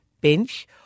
bench